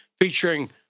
featuring